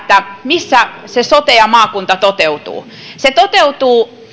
missä sote ja maakunta toteutuvat ne toteutuvat